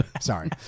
sorry